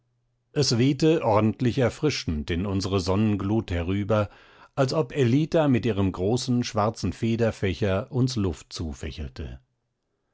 es wehte ordentlich erfrischend in unsere sonnenglut herüber als ob ellita mit ihrem großen schwarzen federfächer uns luft zufächelte